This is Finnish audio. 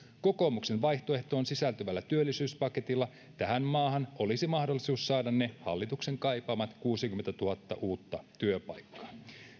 kokoomuksen vaihtoehtoon sisältyvällä työllisyyspaketilla tähän maahan olisi mahdollisuus saada ne hallituksen kaipaamat kuusikymmentätuhatta uutta työpaikkaa